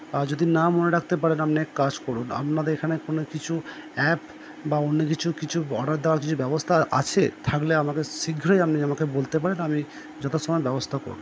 যদি না মনে রাখতে পারেন আপনি এক কাজ করুন আপনাদের এখানে কোনো কিছু অ্যাপ বা অন্য কিছু কিছু অর্ডার দেওয়ার কিছু ব্যবস্থা আছে থাকলে আমাকে শীঘ্রই আপনি আমাকে বলতে পারেন আমি যথা সময়ে ব্যবস্থা করবো